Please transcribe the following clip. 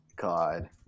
God